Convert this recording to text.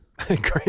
Great